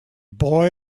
boy